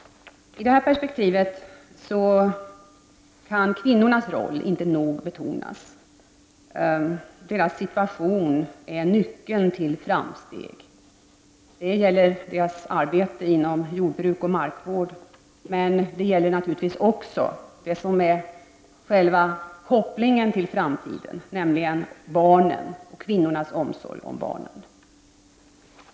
I detta perspektiv kan kvinnornas roll inte nog betonas. Deras situation är nyckeln till framsteg. Det gäller kvinnornas arbete inom jordbruk och markvård, men det gäller naturligtvis också vad som är själva kopplingen till framtiden, nämligen kvinnornas omsorg om barnen.